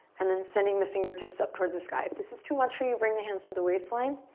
and then sending the fingertips up towards the sky. if this is too much for you, bring the hands to the waistline.